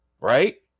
right